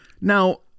Now